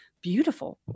beautiful